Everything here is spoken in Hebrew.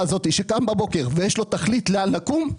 הזאת שקם בבוקר ויש לו תכלית לאן לקום,